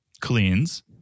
cleans